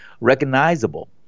recognizable